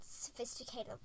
sophisticated